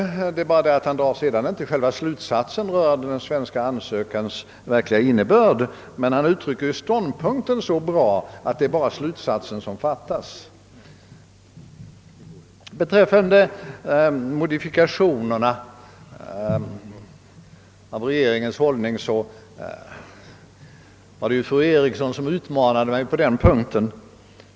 Felet är bara att han inte drar den formella slutsatsen rörande den egentliga innebörden av Sveriges ansökan. Han uttrycker dock ståndpunkten så väl att det endast är slutsatsen som fattas. Fru Eriksson utmanade mig vidare beträffande frågan om modifikationerna i regeringens hållning.